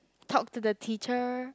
talk to the teacher